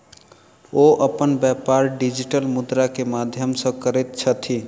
ओ अपन व्यापार डिजिटल मुद्रा के माध्यम सॅ करैत छथि